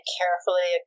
carefully